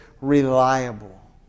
reliable